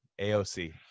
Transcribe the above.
aoc